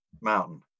mountain